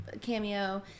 cameo